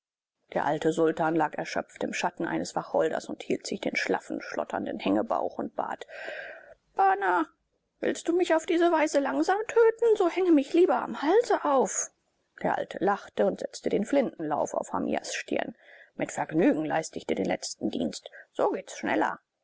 der arme sultan lag erschöpft im schatten eines wacholders und hielt sich den schlaffen schlotternden hängebauch und bat bann willst du mich auf diese weise langsam töten so hänge mich lieber am halse auf der alte lachte und setzte den flintenlauf auf hamias stirn mit vergnügen leiste ich dir den letzten dienst so geht's schneller